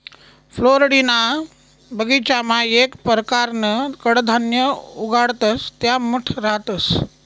फ्लोरिडाना बगीचामा येक परकारनं कडधान्य उगाडतंस त्या मठ रहातंस